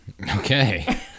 Okay